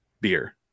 beer